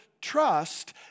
trust